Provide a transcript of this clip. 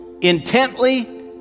intently